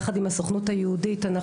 יחד עם הסוכנות היהודית,